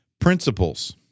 principles